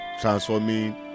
transforming